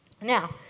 Now